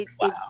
Wow